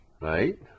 right